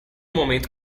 momento